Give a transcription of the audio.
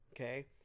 Okay